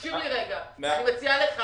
אני מציעה לך